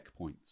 checkpoints